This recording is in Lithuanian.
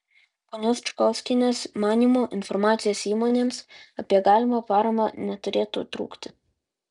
ponios čukauskienės manymu informacijos įmonėms apie galimą paramą neturėtų trūkti